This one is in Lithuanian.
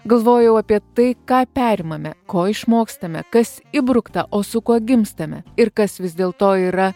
galvojau apie tai ką perimame ko išmokstame kas įbrukta o su kuo gimstame ir kas vis dėl to yra